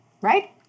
Right